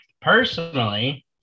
personally